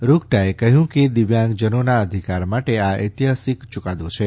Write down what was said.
રૂગટાએ કહ્યું કે દીવ્યાંગજનોના અધિકાર માટે આ ઐતિફાસિક યુકાદો છે